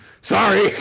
Sorry